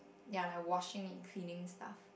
ya like washing and cleaning stuff